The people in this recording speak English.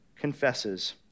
confesses